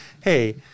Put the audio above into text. hey